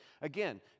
Again